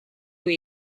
või